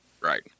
Right